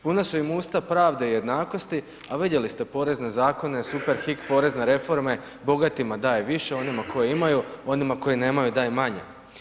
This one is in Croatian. Puna su im usta pravde i jednakosti a vidjeli ste porezne zakone, superhik porezne reforme, bogatima daje više onima koji imaju, onima koji nemaju daje manje.